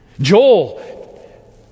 Joel